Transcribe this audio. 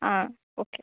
आ okay